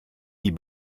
die